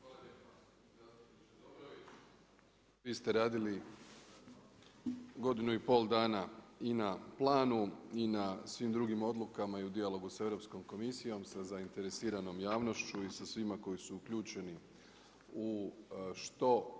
Zastupniče Dobrović, vi ste radili godinu i pol dana i na planu i na svim drugim odlukama i u dijalogu sa Europskom komisijom sa zainteresiranom javnošću i sa svima koji su uključeni u što